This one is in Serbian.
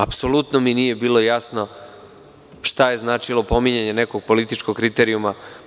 Apsolutno mi nije bilo jasno šta je značilo pominjanje nekog političkog kriterijuma.